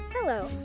Hello